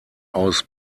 aus